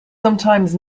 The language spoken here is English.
sometimes